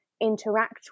interact